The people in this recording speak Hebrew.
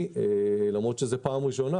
למרות שזו פעם ראשונה,